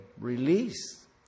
release